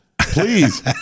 Please